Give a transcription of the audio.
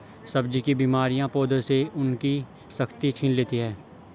सब्जी की बीमारियां पौधों से उनकी शक्ति छीन लेती हैं